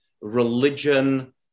religion